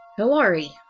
Hilari